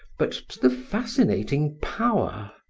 but to the fascinating power.